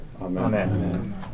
Amen